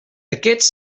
aquests